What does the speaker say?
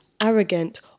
arrogant